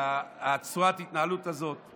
צורת ההתנהלות הזאת.